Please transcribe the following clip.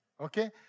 Okay